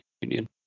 Union